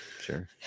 Sure